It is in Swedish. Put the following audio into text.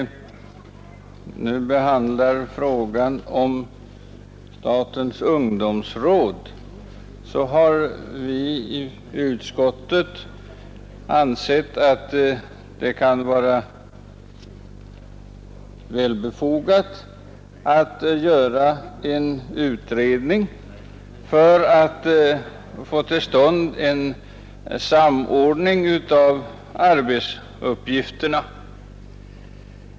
Vid behandlingen av frågan om statens ungdomsråd har vi i utskottet ansett att det kan vara välbefogat att göra en utredning för att få till stånd en samordning av arbetsuppgifterna.